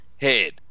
head